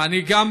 ואני גם,